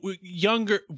younger